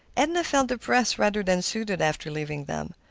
edna felt depressed rather than soothed after leaving them.